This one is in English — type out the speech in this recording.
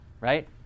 right